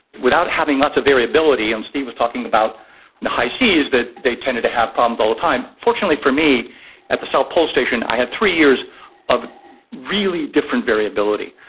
without having lots of variability, and steve was talking about the hi-seas, that they tended to have problems all the time, fortunately for me at the south pole station i had three years of really different variability.